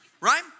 right